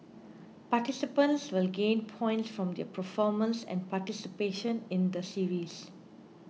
participants will gain points from their performance and participation in the series